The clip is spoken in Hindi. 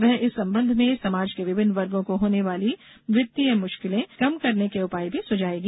वह इस संबंध में समाज के विभिन्न वर्गो को होने वाली वित्तीय मुश्किलें कम करने के उपाय भी सुझाएगी